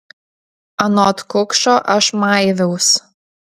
anot kukšo aš maiviaus